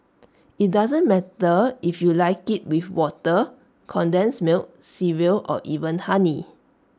IT doesn't matter if you like IT with water condensed milk cereal or even honey